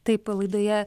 taip laidoje